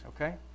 okay